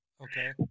Okay